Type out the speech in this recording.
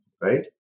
Right